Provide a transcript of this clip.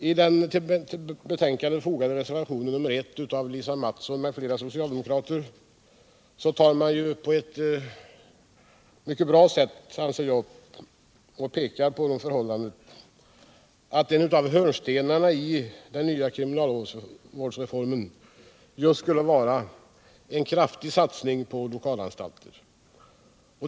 I den till betänkandet fogade reservationen I av Lisa Mattson m.fl. socialdemokrater pekar man på det förhållandet att en av hörnstenarna i den nya kriminalvårdsreformen skulle vara en kraftig satsning på lokalanstalter.